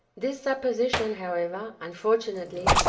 this supposition, however, unfortunately,